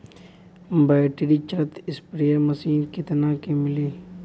Battery चलत sprayer machine कितना क मिली?